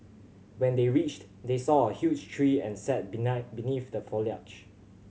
when they reached they saw a huge tree and sat beneath the foliage